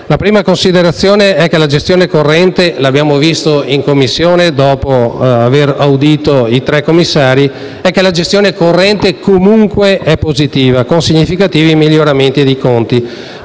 La prima considerazione è che la gestione corrente - l'abbiamo visto in Commissione dopo aver audito i tre commissari - è stata comunque positiva, con significativi miglioramenti dei conti.